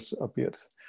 appears